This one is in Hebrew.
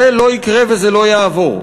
זה לא יקרה וזה לא יעבור.